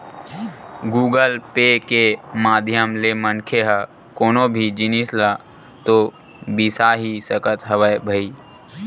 Google Pay के माधियम ले मनखे ह कोनो भी जिनिस ल तो बिसा ही सकत हवय भई